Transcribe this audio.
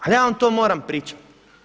Ali ja vam to moram pričati.